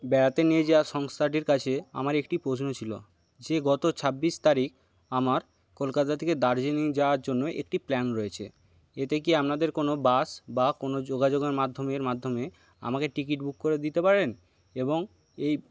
বেড়াতে নিয়ে যাওয়ার সংস্থাটির কাছে একটি পশ্ন ছিল যে গত ছাব্বিশ তারিখ আমার কলকাতা থেকে দার্জিলিং যাওয়ার জন্য একটি প্ল্যান রয়েছে এতে কি আপনাদের কোনো বাস বা কোনো যোগাযোগের মাধ্যমের মাধ্যমে আমাকে টিকিট বুক করে দিতে পারেন এবং এই